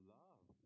love